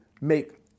make